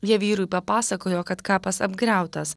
jie vyrui papasakojo kad kapas apgriautas